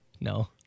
No